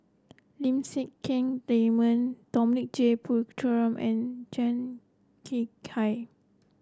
Lim Siang Keat Raymond Dominic J Puthucheary and Tan Kek